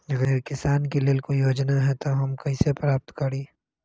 अगर किसान के लेल कोई योजना है त हम कईसे प्राप्त करी?